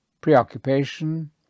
preoccupation